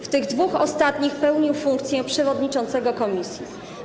W tych dwóch ostatnich pełnił funkcję przewodniczącego komisji.